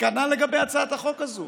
וכנ"ל לגבי הצעת החוק הזאת.